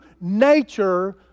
nature